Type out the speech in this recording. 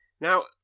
Now